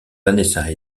vanessa